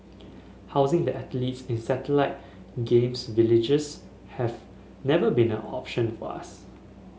housing the athletes in satellite Games Villages have never been an option for us